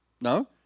No